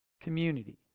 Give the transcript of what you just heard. Community